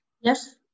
Yes